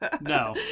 No